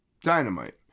Dynamite